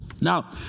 Now